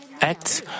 acts